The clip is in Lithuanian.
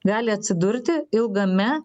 gali atsidurti ilgame